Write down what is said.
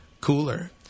cooler